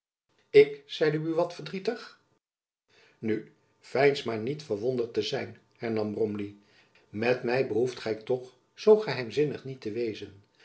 ik zeide buat verdrietig nu veins maar niet verwonderd te zijn herjacob van lennep elizabeth musch nam bromley met my behoeft gy toch zoo geheimzinnig niet te wezen